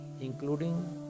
including